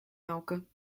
melken